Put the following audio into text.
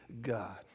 God